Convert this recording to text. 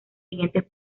siguientes